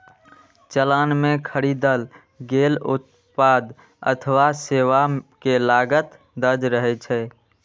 चालान मे खरीदल गेल उत्पाद अथवा सेवा के लागत दर्ज रहै छै